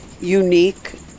unique